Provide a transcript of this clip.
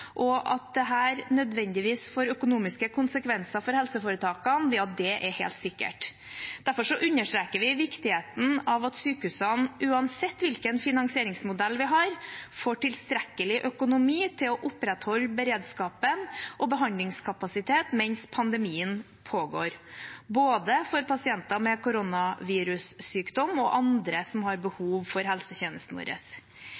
og at dette nødvendigvis får økonomiske konsekvenser for helseforetakene, er helt sikkert. Derfor understreker vi viktigheten av at sykehusene, uansett hvilken finansieringsmodell vi har, får tilstrekkelig økonomi til å opprettholde beredskapen og behandlingskapasitet mens pandemien pågår, både for pasienter med koronavirussykdommer og for andre som har